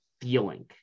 feeling